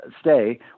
stay